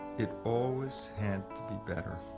it always had to be better.